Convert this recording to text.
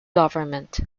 government